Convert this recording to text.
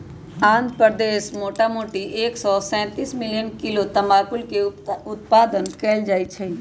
आंध्र प्रदेश मोटामोटी एक सौ तेतीस मिलियन किलो तमाकुलके उत्पादन कएल जाइ छइ